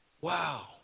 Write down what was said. Wow